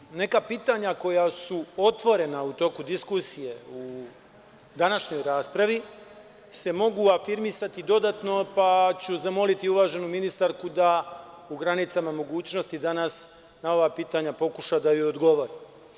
Međutim, neka pitanja koja su otvorena u toku diskusije u današnjoj raspravi se mogu afirmisati dodatno, pa ću zamoliti uvaženu ministarku da u granicama mogućnosti danas na ova pitanja pokuša da odgovori.